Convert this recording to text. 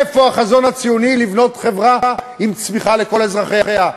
איפה החזון הציוני לבנות חברה עם צמיחה לכל אזרחיה?